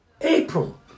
April